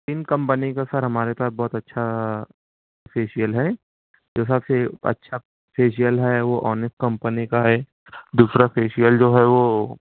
ان company کا sir ہمارے ساتھ بہت اچھا فیشیل ہے جو سب سے اچھا فیشیل ہے وہ اونس کمپنی کا ہے دوسرا فیشیل جو ہے وہ